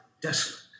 desolate